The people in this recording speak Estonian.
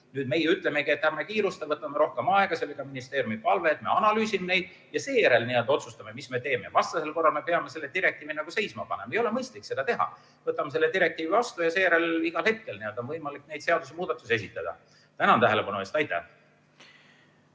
Nüüd meie ütlemegi, et ärme kiirustame, võtame rohkem aega. See oli ka ministeeriumi palve, et me analüüsime neid ja seejärel otsustame, mis me teeme. Vastasel korral me peame selle direktiivi seisma panema. Ei ole mõistlik seda teha. Võtame selle direktiivi vastu ja seejärel on igal hetkel võimalik neid seadusemuudatusi esitada. Tänan tähelepanu eest!